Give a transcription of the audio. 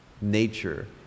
nature